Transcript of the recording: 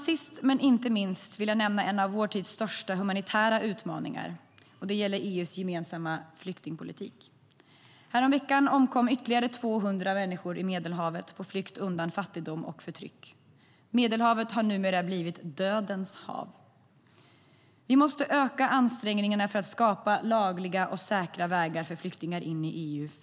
Sist men inte minst vill jag nämna en av vår tids största humanitära utmaningar: EU:s gemensamma flyktingpolitik. Häromveckan omkom ytterligare 200 människor i Medelhavet på flykt undan fattigdom och förtryck. Medelhavet har numera blivit ett dödens hav. Vi måste öka ansträngningarna för att skapa lagliga och säkra vägar för flyktingar in i EU.